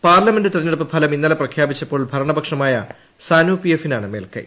parliament തെരഞ്ഞെടുപ്പ് ഫലം ഇന്നലെ പ്രഖ്യാപിച്ചപ്പോൾ ഭരണപക്ഷമായ സാനു പി എഫിനാണ് മേൽക്കൈ